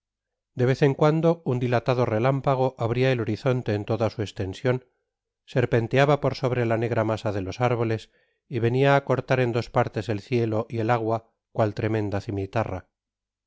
de vez en cuando un dilatado relámpago abria el horizonte en toda su estension serpenteaba por sobre la negra masa de los árboles y venia á cortar en dos partes el cielo y el agua cual tremenda cimitarra